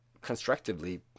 constructively